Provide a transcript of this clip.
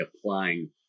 applying